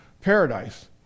paradise